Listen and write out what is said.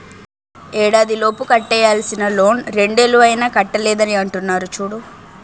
ఏడాదిలోపు కట్టేయాల్సిన లోన్ రెండేళ్ళు అయినా కట్టలేదని అంటున్నారు చూడు